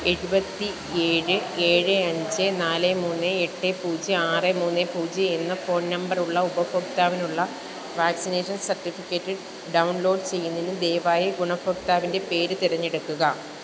എഴുപത്തി ഏഴ് ഏഴ് അഞ്ച് നാല് മൂന്ന് എട്ട് പൂജ്യം ആറ് മൂന്ന് പൂജ്യം എന്ന ഫോൺ നമ്പർ ഉള്ള ഉപഭോക്താവിനുള്ള വാക്സിനേഷൻ സർട്ടിഫിക്കറ്റ് ഡൗൺലോഡ് ചെയ്യുന്നതിന് ദയവായി ഗുണഭോക്താവിൻ്റെ പേര് തിരഞ്ഞെടുക്കുക